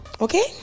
Okay